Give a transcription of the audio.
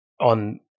on